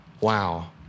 Wow